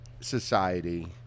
society